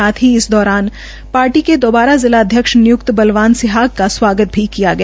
साथ ही इस दौरान पार्टी के दोबारा जिला ध्यक्ष नियुक्त बलवान सिहाग का स्वागत भी किया गया